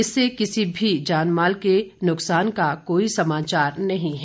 इससे किसी भी जानमाल के नुकसान का कोई समाचार नहीं है